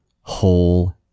Whole